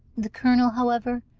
the colonel, however,